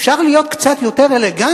אפשר להיות קצת יותר אלגנטי.